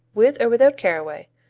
with or without caraway,